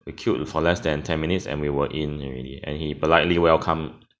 we queued for less than ten minutes and we were in already and he politely welcomed